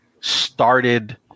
started